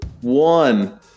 one